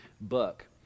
book